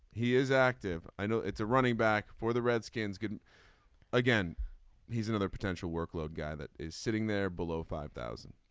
he is active. i know it's a running back for the redskins. again he's another potential workload guy that is sitting there below five thousand.